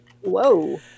Whoa